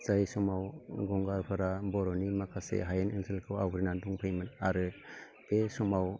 जाय समाव गंगारफोरा बर'नि माखासे हायेन ओनसोलखौ आवग्रिनानै दंफैयोमोन आरो बे समाव